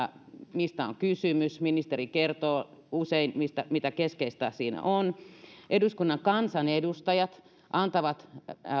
mistä on kysymys ministeri kertoo usein mitä keskeistä siinä on eduskunnan kansanedustajat antavat